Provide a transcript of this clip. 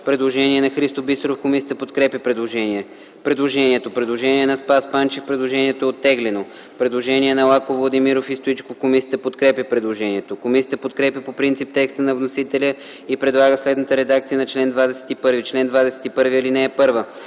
Предложение на Христо Бисеров – комисията подкрепя предложението. Предложение на Спас Панчев – предложението е оттеглено. Предложение на Лаков, Владимиров и Стоичков – комисията подкрепя предложението. Комисията подкрепя по принцип текста на вносителя и предлага следната редакция на чл. 21: „Чл. 21.